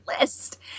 list